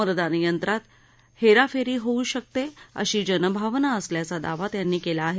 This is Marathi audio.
मतदान यंत्रात हेराफेरी होऊ शकते अशी जनभावना असल्याचा दावा त्यांनी केला आहे